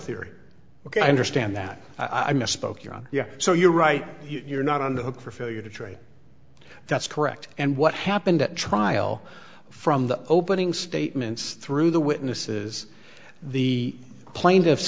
theory ok i understand that i misspoke you're on yeah so you're right you're not on the hook for failure to train that's correct and what happened at trial from the opening statements through the witnesses the plaintiffs